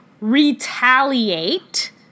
retaliate